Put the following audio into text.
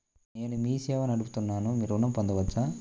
నేను మీ సేవా నడుపుతున్నాను ఋణం పొందవచ్చా?